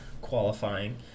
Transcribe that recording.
qualifying